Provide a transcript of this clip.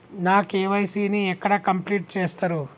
నా కే.వై.సీ ని ఎక్కడ కంప్లీట్ చేస్తరు?